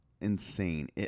insane